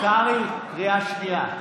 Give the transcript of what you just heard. קרעי, קריאה שנייה.